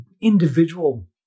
individual